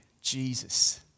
Jesus